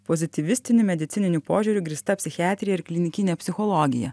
pozityvistiniu medicininiu požiūriu grįsta psichiatrija ir klinikinė psichologija